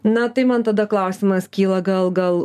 na tai man tada klausimas kyla gal gal